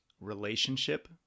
relationship